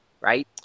Right